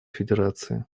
федерации